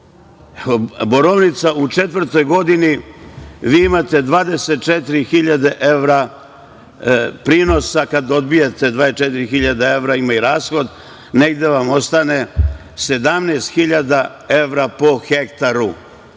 Borovnica, u četvrtoj godini vi imate 24.000 evra prinosa. Kad odbijete 24.000 evra, ima i rashod, negde vam ostane 17.000 evra po